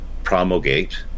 promulgate